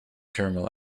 caramel